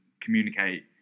communicate